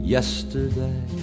Yesterday